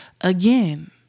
again